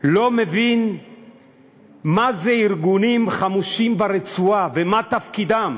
לא מבין מה זה ארגונים חמושים ברצועה ומה תפקידם,